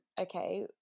okay